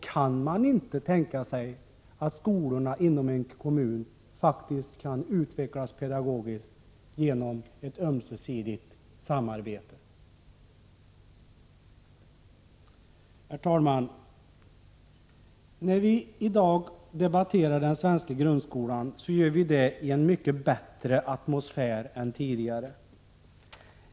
Kan man inte tänka sig att skolorna inom en kommun faktiskt kan utvecklas pedagogiskt genom ett ömsesidigt samarbete? Herr talman! När vi i dag debatterar den svenska grundskolan gör vi det i en mycket bättre atmosfär än tidigare.